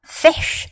fish